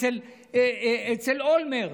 אצל אולמרט,